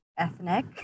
Ethnic